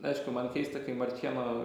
aišku man keista kai marčėno